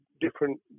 different